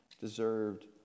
deserved